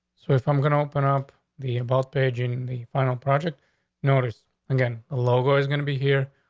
so if i'm going to open up the about page in the final project notice again, logo is gonna be here.